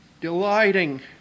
Delighting